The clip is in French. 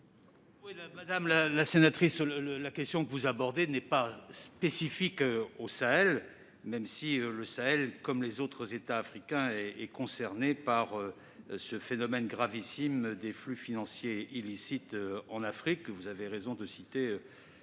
Madame la sénatrice, la question que vous abordez n'est pas spécifique au Sahel, même si le Sahel, comme les autres régions d'Afrique, est concerné par ce phénomène gravissime que constituent les flux financiers illicites. Vous avez raison de citer